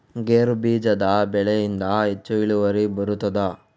ಗೇರು ಬೀಜದ ಬೆಳೆಯಿಂದ ಹೆಚ್ಚು ಇಳುವರಿ ಬರುತ್ತದಾ?